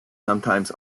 sometimes